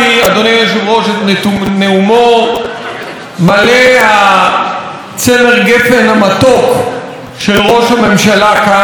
את נאומו המלא צמר גפן מתוק של ראש הממשלה כאן במליאה.